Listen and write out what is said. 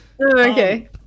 Okay